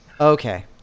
Okay